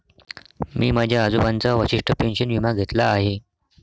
मी माझ्या आजोबांचा वशिष्ठ पेन्शन विमा घेतला आहे